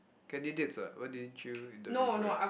candidates what why didn't you interview for it